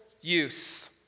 use